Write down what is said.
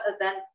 event